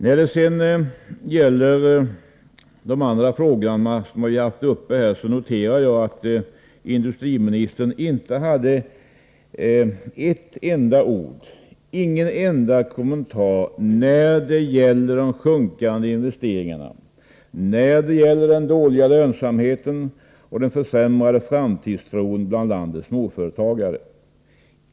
När det gäller de andra frågor som vi haft uppe i dag noterar jag att industriministern inte hade någon enda kommentar att göra till de sjunkande investeringarna, till den dåliga lönsamheten och till den försämrade framtidstron bland landets småföretagare.